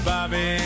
Bobby